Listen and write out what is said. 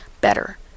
better